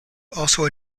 also